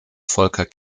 volker